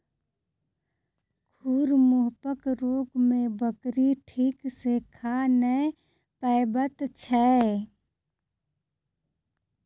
खुर मुँहपक रोग मे बकरी ठीक सॅ खा नै पबैत छै